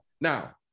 now